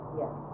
yes